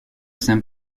saint